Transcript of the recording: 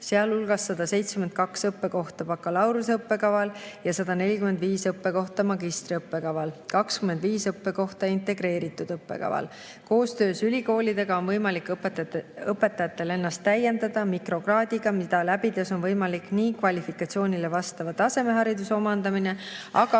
sealhulgas 172 õppekohta bakalaureuse õppekaval, 145 õppekohta magistriõppekaval ja 25 õppekohta integreeritud õppekaval. Koostöös ülikoolidega on võimalik õpetajatel ennast täiendada mikrokraadiga, mida läbides on võimalik nii kvalifikatsioonile vastava tasemehariduse omandamine kui